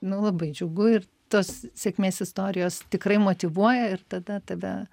nu labai džiugu ir tos sėkmės istorijos tikrai motyvuoja ir tada tada